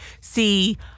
see